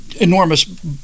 enormous